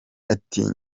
ati